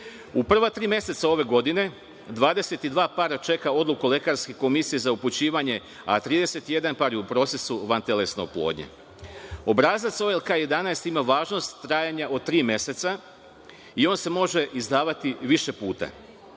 prva tri meseca ove godine, 22 para čeka odluku lekarske komisije za upućivanje, a 31 je u procesu vantelesne oplodnje. Obrazac OLK 11 ima važnost trajanja od tri meseca i on se može izdavati više puta.